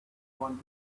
want